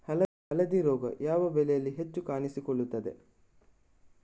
ಹಳದಿ ರೋಗ ಯಾವ ಬೆಳೆಯಲ್ಲಿ ಹೆಚ್ಚು ಕಾಣಿಸಿಕೊಳ್ಳುತ್ತದೆ?